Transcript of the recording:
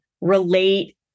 relate